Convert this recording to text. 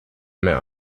mehr